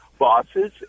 Bosses